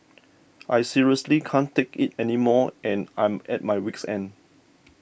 I seriously can't take it anymore and I'm at my week's end